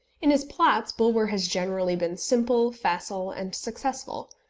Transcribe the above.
in his plots bulwer has generally been simple, facile, and successful.